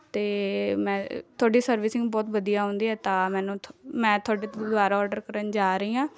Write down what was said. ਅਤੇ ਮੈਂ ਤੁਹਾਡੀ ਸਰਵਿਸਿੰਗ ਬਹੁਤ ਵਧੀਆ ਹੁੰਦੀ ਹੈ ਤਾਂ ਮੈਨੂੰ ਥੋ ਮੈਂ ਤੁਹਾਡੇ ਤੋਂ ਦੁਬਾਰਾ ਔਡਰ ਕਰਨ ਜਾ ਰਹੀ ਹਾਂ